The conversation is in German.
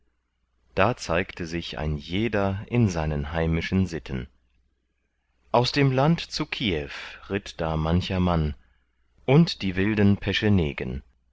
da zeigte sich ein jeder in seinen heimischen sitten aus dem land zu kiew ritt da mancher mann und die wilden